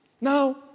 Now